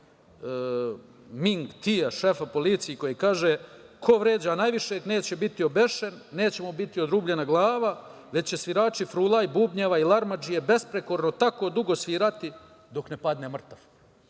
Ming Tia, šefa policije koji kaže – ko vređa najvišeg, neće biti obešen, neće mu biti odrubljena glava, već će svirači frula, bubljeva i larmadžije besprekorno tako dugo svirati, dok ne padne mrtav.